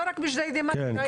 לא רק בג'דיידה מכר.